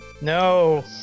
No